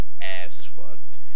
ass-fucked